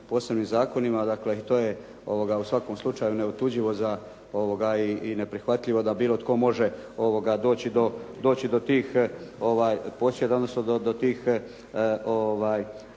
posebnim zakonima, dakle to je u svakom slučaju neotuđivo za i neprihvatljivo da bilo tko može doći do tih